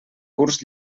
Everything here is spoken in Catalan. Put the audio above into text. curs